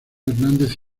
hernández